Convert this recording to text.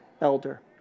elder